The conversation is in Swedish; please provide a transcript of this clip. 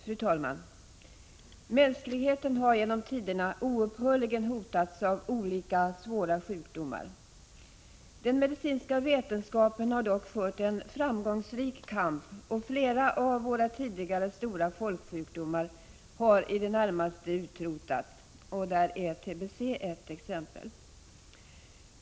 Fru talman! Mänskligheten har genom tiderna oupphörligen hotats av 4 april 1986 olika svåra sjukdomar. Den medicinska vetenskapen har dock fört en framgångsrik kamp, och flera av våra tidigare stora folksjukdomar har i det närmaste utrotats. TBC är ett exempel.